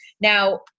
Now